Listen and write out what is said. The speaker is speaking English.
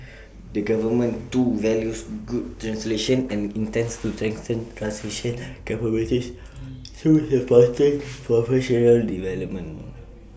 the government too values good translation and intends to strengthen translation capabilities through supporting professional development